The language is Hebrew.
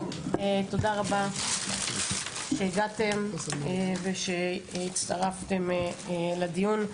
תודה רבה שהגעתם ושהצטרפתם לדיון.